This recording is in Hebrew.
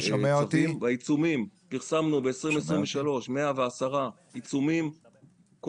בעיצומים פרסמנו 110 עיצומים ב-2023,